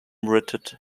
witted